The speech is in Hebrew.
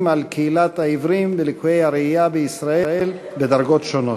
עם קהילת העיוורים ולקויי הראייה בישראל בדרגות שונות.